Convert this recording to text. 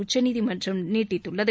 உச்சீநிதிமன்றம் நீட்டித்துள்ளது